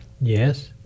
Yes